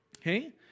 Okay